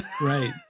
Right